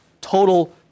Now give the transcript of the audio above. total